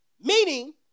Meaning